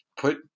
put